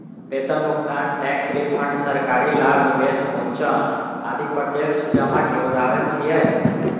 वेतन भुगतान, tax refund, सरकारी लाभ, निवेश मोचन आदि प्रत्यक्ष जमा के उदाहरण छियै